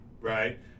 right